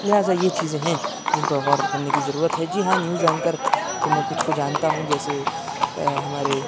لہٰذا یہ چیزیں ہیں جن پر غور کرنے کی ضرورت ہے جی ہاں نیوز اینکر کو میں کچھ کو جانتا ہوں جیسے ہمارے